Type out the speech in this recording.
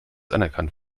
anerkannt